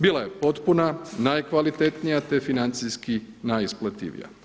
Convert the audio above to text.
Bila je potpuna, najkvalitetnija te financijski najisplativija.